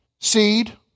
seed